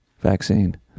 vaccine